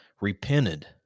repented